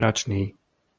operačný